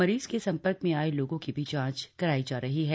मरीज के संपर्क में आए लोगों की भी जांच कराई जा रही है